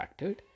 factored